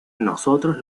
nosotros